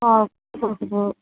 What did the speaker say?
ఉప్పు